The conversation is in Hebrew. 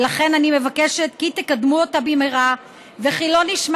ולכן אני מבקשת כי תקדמו אותה במהרה וכי לא נשמע